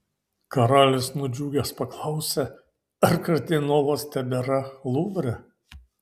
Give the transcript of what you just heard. karalius nudžiugęs paklausė ar kardinolas tebėra luvre